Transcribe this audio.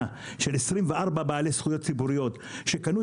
של 24,000 בעלי זכויות ציבוריות שקנו את זה בכסף מלא.